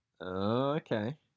okay